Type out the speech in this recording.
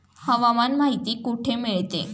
हवामान माहिती कुठे मिळते?